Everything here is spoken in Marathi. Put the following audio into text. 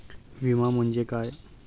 विमा म्हणजे काय?